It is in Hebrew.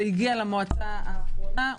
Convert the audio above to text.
זה הגיע למועצה האחרונה.